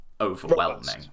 overwhelming